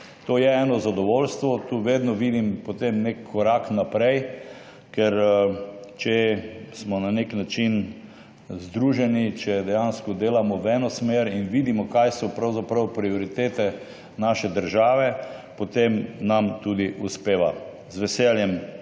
To je eno zadovoljstvo. Tu vedno vidim potem nek korak naprej. Ker če smo na nek način združeni, če dejansko delamo v eno smer in vidimo, kaj so prioritete naše države, potem nam tudi uspeva. Z veseljem